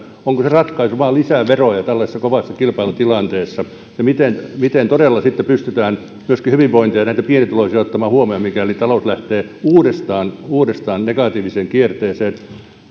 onko se ratkaisu vain lisää veroja tällaisessa kovassa kilpailutilanteessa ja miten miten todella sitten pystytään myöskin hyvinvointia ja näitä pienituloisia ottamaan huomioon mikäli talous lähtee uudestaan uudestaan negatiiviseen kierteeseen